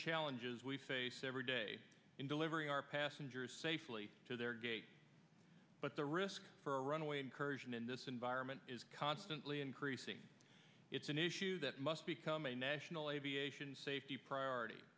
challenges we face every day in delivering our passengers safely to their gate but the risk for a runway incursion in this environment is constantly increasing it's an issue that must become a national aviation safety priority